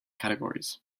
categories